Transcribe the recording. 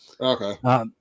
Okay